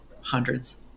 hundreds